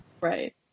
Right